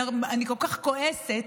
אני כל כך כועסת,